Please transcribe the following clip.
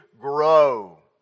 grow